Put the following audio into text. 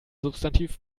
substantiv